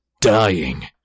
Dying